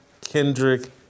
Kendrick